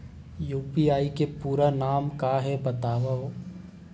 UPI के पूरा नाम का हे बतावव?